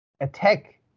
attack